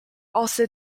also